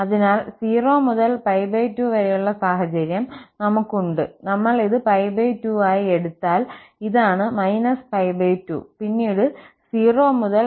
അതിനാൽ 0 മുതൽ 2 വരെയുള്ള സാഹചര്യം നമുക് ഉണ്ട്നമ്മൾ ഇത് 2 ആയി എടുത്താൽ ഇതാണ് 2 പിന്നീട് 0 മുതൽ 2 വരെ അത് cos x ആണ്